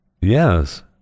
Yes